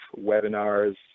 webinars